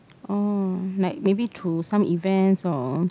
oh like maybe through some events or